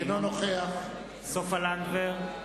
אינו נוכח סופה לנדבר,